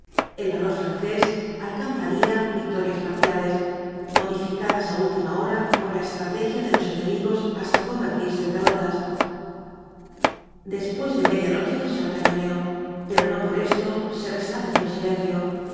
el valor francés alcanzaría victorias parciales modificadas á última hora por la estrategia de los enemigos hasta convertirse en derrotas después de media noche cesó el cañoneo pero no por esto se restableció el silencio